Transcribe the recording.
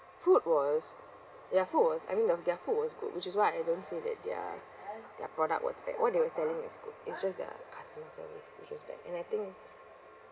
food was their food was I mean the their food was good which is why I don't say that their their product was bad what they were selling is good it's just the customer service which was bad and I think